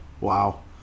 wow